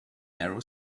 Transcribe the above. narrow